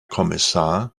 kommissar